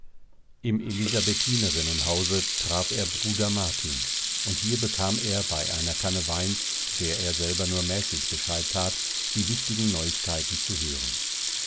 im elisabethinerinnenhause traf er bruder martin und hier bekam er bei einer kanne weins der er selber nur mäßig bescheid tat die wichtigen neuigkeiten zu hören